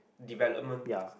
development